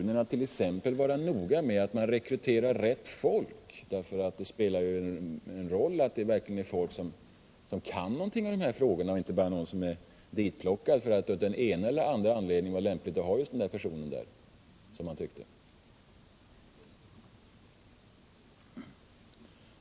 Det är t.ex. noga med att rekrytera rätt folk — det spelar ju roll att man verkligen får folk som kan någonting och inte bara någon som är ditplockad för att man tyckt att personen av en eller annan anledning är lämplig.